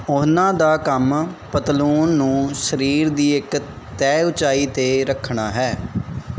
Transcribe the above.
ਉਹਨਾਂ ਦਾ ਕੰਮ ਪਤਲੂਨ ਨੂੰ ਸਰੀਰ ਦੀ ਇੱਕ ਤੈਅ ਉਚਾਈ 'ਤੇ ਰੱਖਣਾ ਹੈ